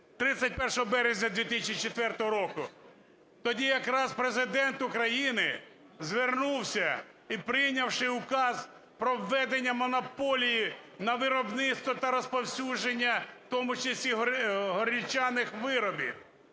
31 березня 2004 року. Тоді якраз Президент України звернувся і прийнявши Указ про введення монополії на виробництво та розповсюдження, в тому числі, горілчаних виробів.